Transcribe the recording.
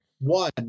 One